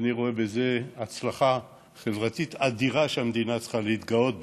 ואני רואה בזה הצלחה חברתית אדירה שהמדינה צריכה להתגאות בה.